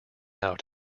out